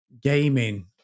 gaming